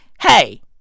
hey